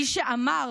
מי שאמר,